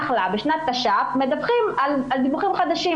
בשנת תש"ף מדווחים על תלונות חדשות,